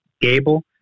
Gable